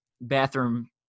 bathroom